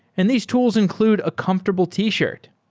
and these tools include a comfortable t-shirt.